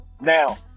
Now